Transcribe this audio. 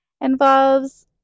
involves